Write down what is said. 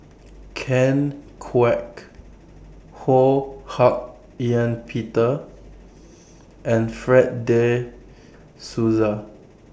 Ken Kwek Ho Hak Ean Peter and Fred De Souza